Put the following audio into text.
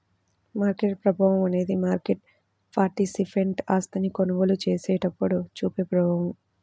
market ప్రభావం అనేది market participant ఆస్తిని కొనుగోలు చేసినప్పుడు చూపే ప్రభావం